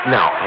Now